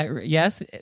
Yes